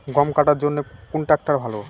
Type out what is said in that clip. গম কাটার জন্যে কোন ট্র্যাক্টর ভালো?